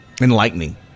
Enlightening